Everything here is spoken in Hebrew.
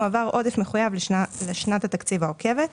מועבר עודף מחויב לשנת התקציב העוקבת.